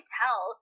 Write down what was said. tell